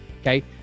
Okay